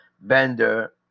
bender